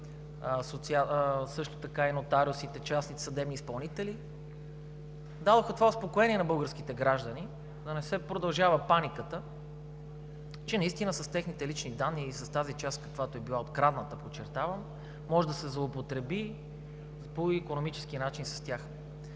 също така нотариусите, частните съдебни изпълнители, дадоха това успокоение на българските граждани да не се продължава паниката, че наистина с техните лични данни и с тази част, каквато е била открадната, подчертавам, може да се злоупотреби по икономически начин с тях.